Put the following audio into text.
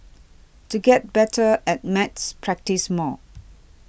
to get better at maths practise more